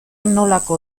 nolako